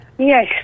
Yes